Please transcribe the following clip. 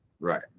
Right